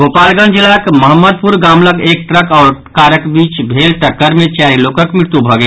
गोपालगंज जिलाक महम्मदपुर गाम लऽग एक ट्रक आओर कारक बीच भेल टक्कर मे चारि लोकक मृत्यु भऽ गेल